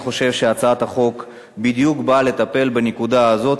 אני חושב שהצעת החוק באה בדיוק לטפל בנקודה הזאת